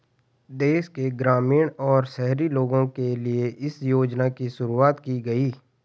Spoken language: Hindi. देश के ग्रामीण और शहरी लोगो के लिए इस योजना की शुरूवात की गयी